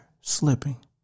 slipping